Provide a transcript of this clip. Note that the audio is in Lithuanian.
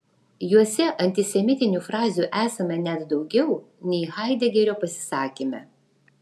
juose antisemitinių frazių esama net daugiau nei haidegerio pasisakyme